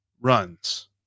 runs